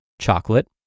chocolate